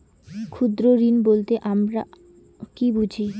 ক্ষুদ্র ঋণ বলতে আমরা কি বুঝি?